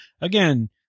Again